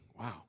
Wow